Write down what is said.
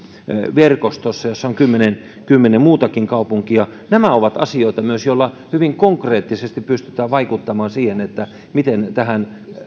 verkostossa jossa on kymmenen kymmenen muutakin kaupunkia nämä ovat asioita myös joilla hyvin konkreettisesti pystytään vaikuttamaan siihen miten tähän